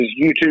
YouTube